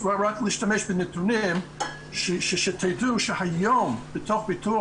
משתמש בנתונים כדי שתדעו שהיום בתוך הביטוח